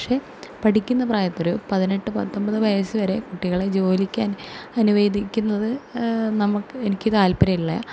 പക്ഷെ പഠിക്കുന്ന പ്രായം ഇപ്പോൾ ഒരു പതിനെട്ട് പത്തൊൻപതു വയസ്സു വരെ കുട്ടികളെ ജോലിക്ക് അന് അനുവദിക്കുന്നത് നമുക്ക് എനിക്ക് താത്പര്യം ഉള്ള